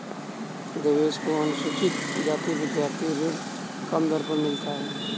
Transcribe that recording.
देवेश को अनुसूचित जाति विद्यार्थी ऋण कम दर पर मिला है